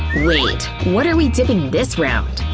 wait, what are we dipping this round?